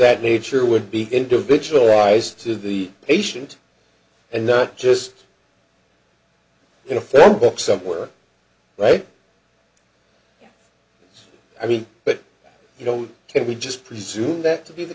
that nature would be individualized to the patient and not just your fellow book somewhere right i mean but you know can we just presume that to be the